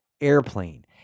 airplane